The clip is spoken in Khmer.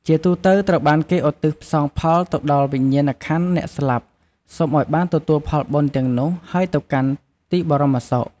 ជាទូទៅ ត្រូវបានគេឧទ្ទិសផ្សងផលទៅដល់វិញ្ញាណក្ខន្ធអ្នកស្លាប់ សូមឲ្យបានទទួលផលបុណ្យទាំងនោះ ហើយទៅកាន់ទីបរមសុខ។